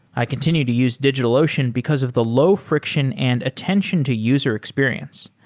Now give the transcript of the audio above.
i continue to use digitalocean because of the low friction and attention to user experience.